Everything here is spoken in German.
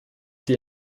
die